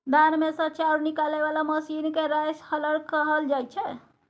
धान मे सँ चाउर निकालय बला मशीन केँ राइस हलर कहल जाइ छै